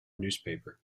newspaper